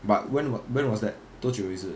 but when when was that 多久也是